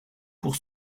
pour